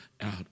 out